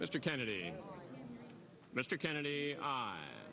mr kennedy mr kennedy